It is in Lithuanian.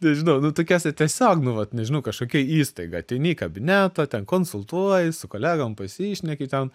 nežinau nu tokiose tiesiog nu vat nežinau kažkokia įstaiga ateini į kabinetą ten konsultuoji su kolegom pasišneki ten